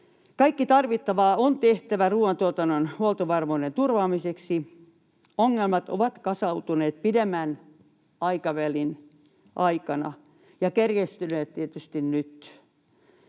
Kaikki tarvittava on tehtävä ruoantuotannon huoltovarmuuden turvaamiseksi. Ongelmat ovat kasautuneet pidemmän aikavälin aikana ja kärjistyneet tietysti nyt.